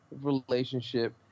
relationship